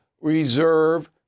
reserve